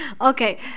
okay